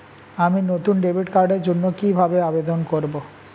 আমি নতুন ডেবিট কার্ডের জন্য কিভাবে আবেদন করব?